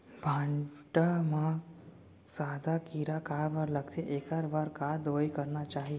भांटा म सादा कीरा काबर लगथे एखर बर का दवई करना चाही?